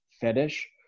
fetish